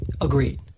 Agreed